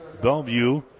Bellevue